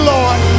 Lord